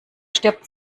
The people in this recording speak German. stirbt